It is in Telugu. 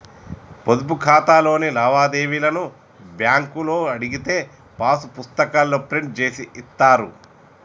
పొదుపు ఖాతాలోని లావాదేవీలను బ్యేంకులో అడిగితే పాసు పుస్తకాల్లో ప్రింట్ జేసి ఇత్తారు